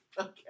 Okay